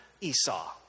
Esau